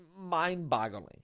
mind-boggling